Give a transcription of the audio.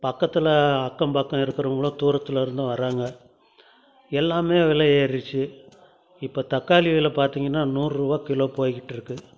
பக்கத்தில் அக்கம் பக்கம் இருக்கிறவங்களும் தூரத்துலேருந்தும் வராங்க எல்லாமே விலை ஏறிடுச்சு இப்போ தக்காளி விலை பார்த்திங்கன்னா நூறுரூவா கிலோ போயிகிட்ருக்கு